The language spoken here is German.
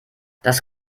das